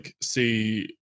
see